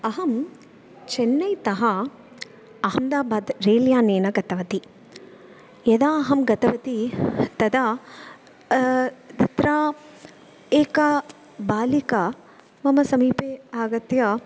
अहं चेन्नैतः अहमदाबाद् रेल्यानेन गतवती यदा अहं गतवती तदा तत्र एका बालिका मम समीपे आगत्य